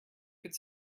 could